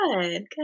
Good